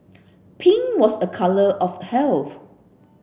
pink was a colour of health